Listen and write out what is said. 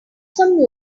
some